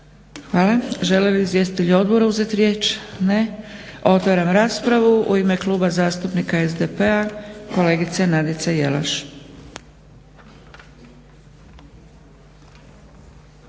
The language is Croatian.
Hvala. Žele li izvjestitelji odbora uzeti riječ? Ne. Otvaram raspravu. U ime Kluba zastupnika SDP-a, kolegica Nadica Jelaš. **Jelaš,